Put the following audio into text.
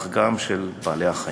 אך גם של בעלי-החיים.